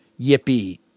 yippee